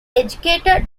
educated